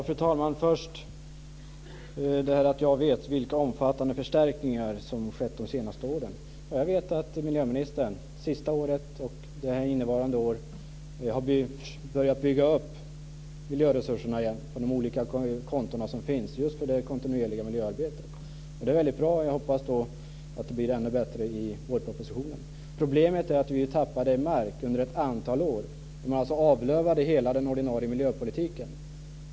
Fru talman! Miljöministern sade att jag vet vilka omfattande förstärkningar som har skett under de senaste åren. Ja, jag vet att miljöministern under det senaste året och innevarande år har börjat bygga upp miljöresurserna igen på de olika konton som finns just för det kontinuerliga miljöarbetet. Det är väldigt bra. Jag hoppas att det blir ännu bättre i vårpropositionen. Problemet är att vi tappade mark under ett antal år då man alltså avlövade hela den ordinarie miljöpolitiken.